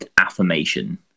affirmation